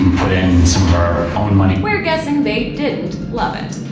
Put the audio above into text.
and put in some of our own money. we're guessing they didn't love it.